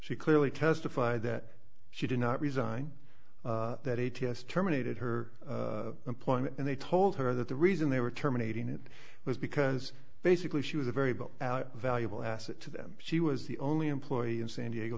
she clearly testified that she did not resign that a t s terminated her employment and they told her that the reason they were terminating it was because basically she was a very valuable asset to them she was the only employee in san diego